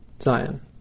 Zion